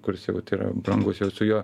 kuris jau tai yra brangus jau su juo